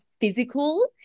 physical